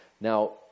Now